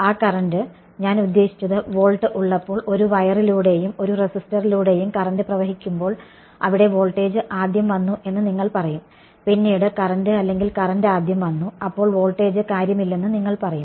ആ കറന്റ് ഞാൻ ഉദ്ദേശിച്ചത് വോൾട്ട് ഉള്ളപ്പോൾ ഒരു വയറിലൂടെയും ഒരു റെസിസ്റ്ററിലൂടെയും കറന്റ് പ്രവഹിക്കുമ്പോൾ അവിടെ വോൾട്ടേജ് ആദ്യം വന്നു എന്ന് നിങ്ങൾ പറയും പിന്നീട് കറന്റ് അല്ലെങ്കിൽ കറന്റ് ആദ്യം വന്നു അപ്പോൾ വോൾട്ടേജ് കാര്യമില്ലെന്ന് നിങ്ങൾ പറയും